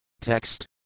Text